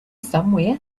somewhere